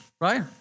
right